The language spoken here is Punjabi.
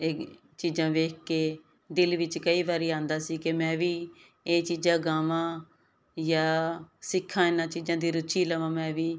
ਇਹ ਚੀਜ਼ਾਂ ਵੇਖ ਕੇ ਦਿਲ ਵਿੱਚ ਕਈ ਵਾਰੀ ਆਉਂਦਾ ਸੀ ਕਿ ਮੈਂ ਵੀ ਇਹ ਚੀਜ਼ਾਂ ਗਾਵਾਂ ਜਾਂ ਸਿੱਖਾਂ ਇਹਨਾਂ ਚੀਜ਼ਾਂ ਦੀ ਰੁਚੀ ਲਵਾਂ ਮੈਂ ਵੀ